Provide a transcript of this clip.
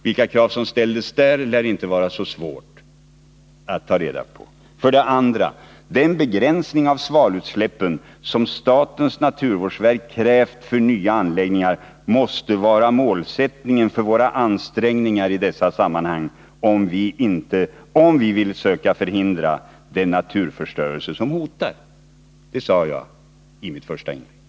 Vilka krav som ställdes där lär inte vara så svårt att ta reda på. För det andra sade jag: Den begränsning av svavelutsläppen som statens naturvårdsverk krävt för nya anläggningar måste vara målsättningen för våra ansträngningar i dessa sammanhang, om vi vill söka förhindra den naturförstörelse som hotar. Detta sade jag i mitt första inlägg.